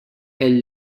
elle